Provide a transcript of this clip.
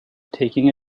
taking